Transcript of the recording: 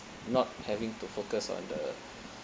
not having to focus on the